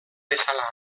bezala